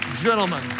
Gentlemen